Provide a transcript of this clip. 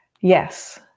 Yes